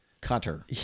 Cutter